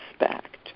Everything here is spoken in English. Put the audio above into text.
respect